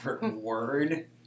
Word